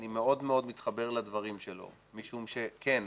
אני מאוד מאוד מתחבר לדברים שלו משום שכן,